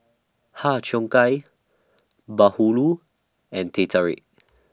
Har Cheong Gai Bahulu and Teh Tarik